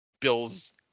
Bill's